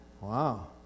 Wow